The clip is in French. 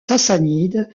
sassanides